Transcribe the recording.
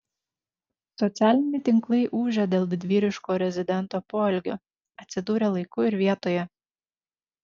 socialiniai tinklai ūžia dėl didvyriško rezidento poelgio atsidūrė laiku ir vietoje